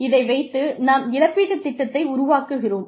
இதை வைத்து நாம் இழப்பீட்டுத் திட்டத்தை உருவாக்குகிறோம்